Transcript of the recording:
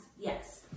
Yes